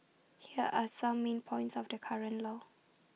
here are some main points of the current law